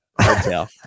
hotel